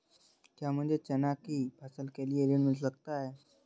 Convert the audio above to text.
क्या मुझे चना की फसल के लिए ऋण मिल सकता है?